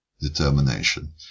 determination